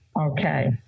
Okay